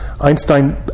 Einstein